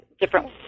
different